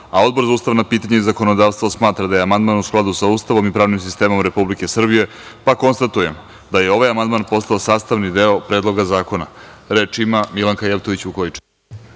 a Odbor za ustavna pitanja i zakonodavstvo smatra da je amandman u skladu sa Ustavom i pravnim sistemom Republike Srbije. Konstatujem da je ovaj amandman postao sastavni deo Predloga zakona. Reč ima Milanka Jevtović Vukojičić.